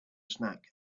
snack